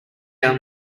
down